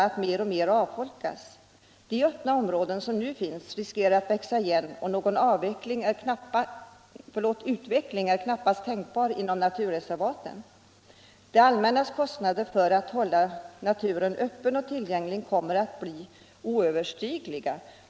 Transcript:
Risken är att de öppna områden som nu finns växer igen, och någon utveckling är knappast tänkbar inom naturreservaten. Det allmännas kostnader för att hålla naturen öppen och tillgänglig kommer att bli oöverstigliga.